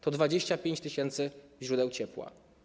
To 25 tys. źródeł ciepła.